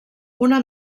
una